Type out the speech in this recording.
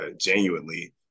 genuinely